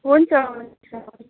हुन्छ हुन्छ